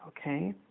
okay